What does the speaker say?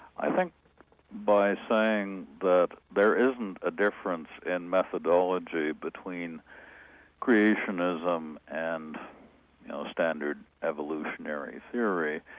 i think by saying that there isn't a difference in methodology between creationism and standard evolutionary theory,